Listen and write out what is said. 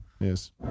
Yes